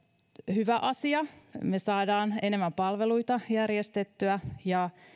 hyvä asia me saamme enemmän palveluita järjestettyä ja